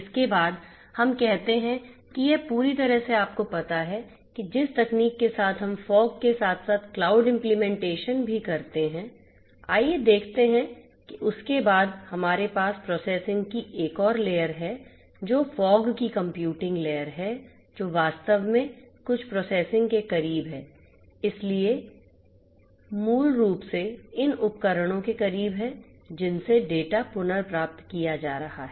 इसके बाद हम कहते हैं कि यह पूरी तरह से आपको पता है कि जिस तकनीक के साथ हम फोग के साथ साथ क्लाउड इम्प्लीमेंटेशन भी करते हैं आइए देखते हैं कि उसके बाद हमारे पास प्रोसेसिंग की एक और लेयर है जो फोग की कंप्यूटिंग लेयर है जो वास्तव में कुछ प्रोसेसिंग के करीब है इसलिए मूल रूप से इन उपकरणों के करीब हैं जिनसे डेटा पुनर्प्राप्त किया जा रहा है